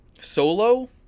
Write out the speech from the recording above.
Solo